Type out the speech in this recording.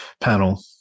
panel